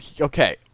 Okay